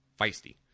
Feisty